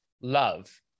Love